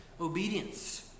obedience